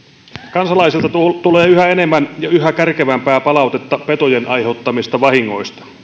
kansalaisilta tulee yhä enemmän ja yhä kärkevämpää palautetta petojen aiheuttamista vahingoista